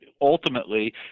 ultimately